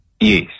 Yes